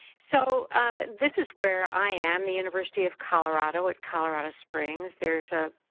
so this is where i am, the university of colorado at colorado springs. there's ah